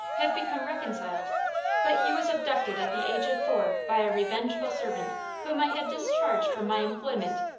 have become reconciled but he was abducted at the age of four by a revengeful servant whom i had discharged from my employment.